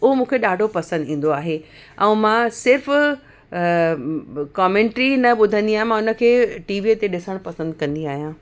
उहो मूंखे ॾाढो पसंदि ईंदो आहे ऐं मां सिर्फ़ कॉमेंट्री न ॿुधंदी आहियां मां उन खे टीवीअ ते ॾिसण पसंदि कंदी आहियां